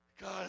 God